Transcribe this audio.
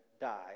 die